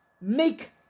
make